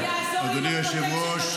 אדוני היושב-ראש,